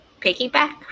piggyback